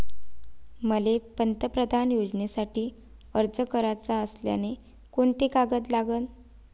मले पंतप्रधान योजनेसाठी अर्ज कराचा असल्याने कोंते कागद लागन?